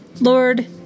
Lord